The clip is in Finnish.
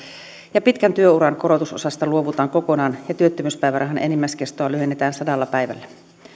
pitkän työuran korotusosasta luovutaan kokonaan ja työttömyyspäivärahan enimmäiskestoa lyhennetään sadalla päivällä